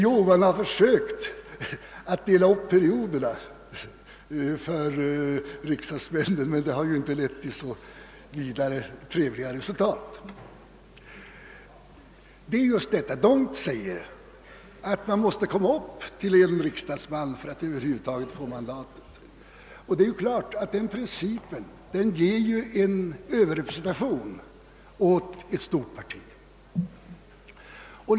Jo, man har försökt att dela upp perioderna för riksdagsmännen, men det har inte lett till så särskilt trevliga resultat. Det är just detta som är problemet: d'Hondt menar, som sagt, att man måste komma upp till ett röstantal motsvarande en riksdagsman för att över huvud taget få mandatet. Den principen ger givetvis en överrepresentation åt ett stort parti.